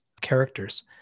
characters